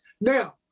Now